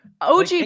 OG